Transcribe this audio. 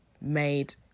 made